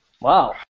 Wow